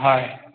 হয়